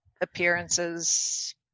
appearances